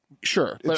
Sure